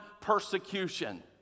persecution